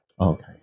okay